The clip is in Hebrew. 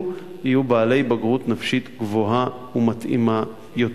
יהיו בעלי בגרות נפשית גבוהה ומתאימה יותר.